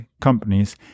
companies